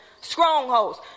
Strongholds